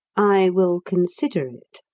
i will consider it.